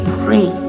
pray